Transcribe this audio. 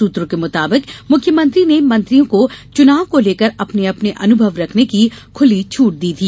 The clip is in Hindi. सूत्रों के मुताबिक मुख्यमंत्री ने मंत्रियों को चुनाव को लेकर अपने अपने अनुभव रखने की खुली छूट दी थी